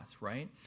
right